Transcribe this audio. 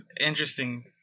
Interesting